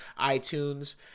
iTunes